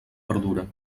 perdura